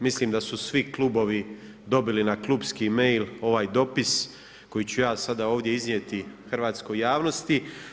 Mislim da su svi klubovi dobili na klupski mail ovaj dopis koji ću ja sada ovdje iznijeti hrvatskoj javnosti.